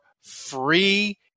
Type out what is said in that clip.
free